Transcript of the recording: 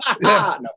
No